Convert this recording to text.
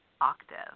octave